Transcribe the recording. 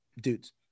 Dudes